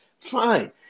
fine